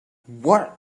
what